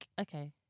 Okay